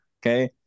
okay